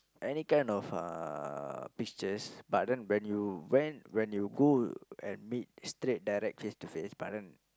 any kind of uh pictures but then when you went when you go and meet straight directly face to face but then